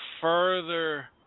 further